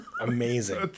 amazing